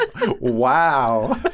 Wow